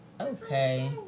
Okay